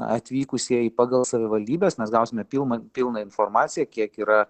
atvykusieji pagal savivaldybes mes gausime pilną pilną informaciją kiek yra